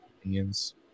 opinions